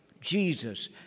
Jesus